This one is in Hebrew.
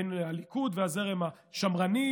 בין הליכוד והזרם השמרני,